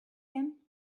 him